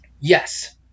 Yes